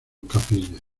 capillas